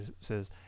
says